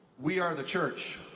we are the church,